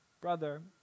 brother